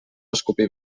escopir